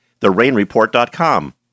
therainreport.com